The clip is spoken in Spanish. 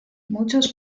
muchos